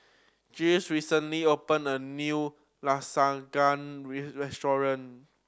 recently opened a new Lasagne restaurant